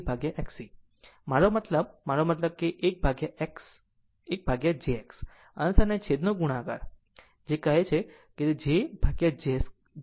મારો મતલબ મારો મતલબ કે જો આ 1 1jX અંશ અને છેદ ગુણાકાર જે કહે છે તે લે